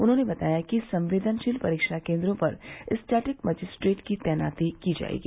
उन्होंने बताया कि संवेदनशील परीक्षा केन्द्रों पर स्टेटिक मजिस्ट्रेट की तैनाती की जायेगी